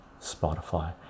Spotify